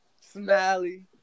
Smiley